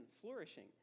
flourishing